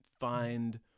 find